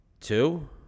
Two